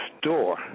store